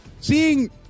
Seeing